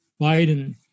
Biden